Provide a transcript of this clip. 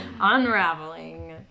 Unraveling